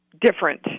different